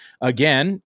again